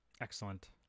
Excellent